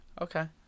Okay